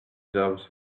jobs